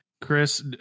Chris